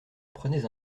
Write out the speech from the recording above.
prenez